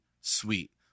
sweet